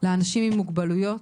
לאנשים עם מוגבלויות,